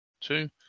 two